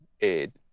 Ed